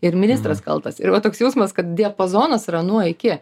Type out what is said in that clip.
ir ministras kaltas ir va toks jausmas kad diapazonas yra nuo iki